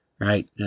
Right